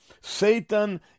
Satan